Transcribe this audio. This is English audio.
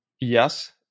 yes